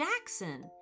Jackson